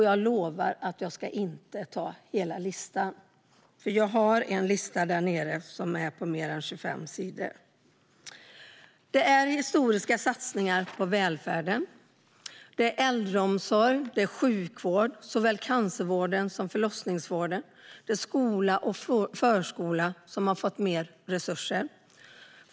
Jag lovar att jag inte ska läsa upp hela listan - jag har en som är mer än 25 sidor lång. Det är historiska satsningar på välfärden. Äldreomsorg, sjukvård, såväl cancervården som förlossningsvården, skola och förskola har fått mer resurser.